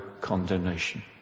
condemnation